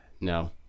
No